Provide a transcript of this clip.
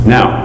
Now